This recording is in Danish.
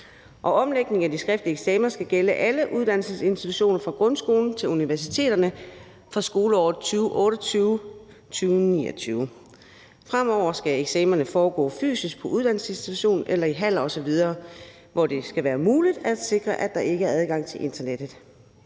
Og omlægningen af de skriftlige eksamener skal gælde alle uddannelsesinstitutioner fra grundskolen til universiteterne fra skoleåret 2028-29. Fremover skal eksamenerne foregå fysisk på uddannelsesinstitutionen eller i haller osv., hvor det skal være muligt at sikre, at der ikke er adgang til internettet.